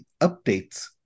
updates